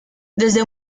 desde